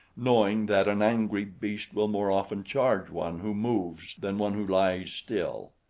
knowing that an angry beast will more often charge one who moves than one who lies still.